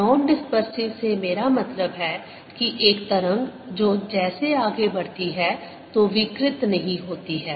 non dispersive से मेरा मतलब है कि एक तरंग जो जैसे आगे बढ़ती है तो विकृत नहीं होती है